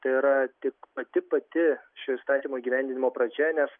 tai yra tik pati pati šio įstatymo įgyvendinimo pradžia nes